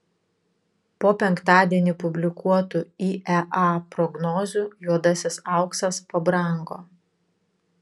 po penktadienį publikuotų iea prognozių juodasis auksas pabrango